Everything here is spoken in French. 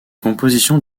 composition